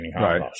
Right